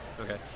okay